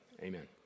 Amen